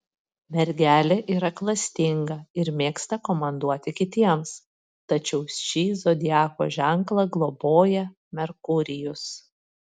mergelė yra klastinga ir mėgsta komanduoti kitiems tačiau šį zodiako ženklą globoja merkurijus